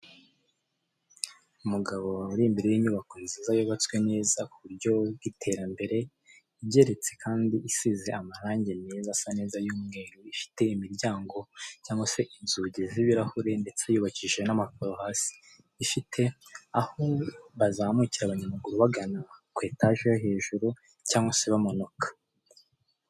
Umugabo uri imbere y'inyubako nziza yubatswe neza ku buryo bw'iterambere, igeretse kandi isize amarangi meza asa neza y'umweru, ifite imiryango cyangwa se inzugi z'ibirahure ndetse yubakishije n'amakaro hasi, ifite aho bazamukira abanyamaguru bagana ku etaje yo hejuru cyangwa se bamanuka.